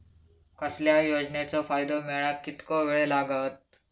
कसल्याय योजनेचो फायदो मेळाक कितको वेळ लागत?